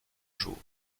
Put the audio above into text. jour